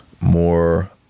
more